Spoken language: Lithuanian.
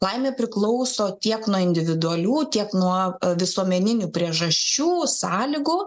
laimė priklauso tiek nuo individualių tiek nuo visuomeninių priežasčių sąlygų